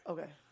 Okay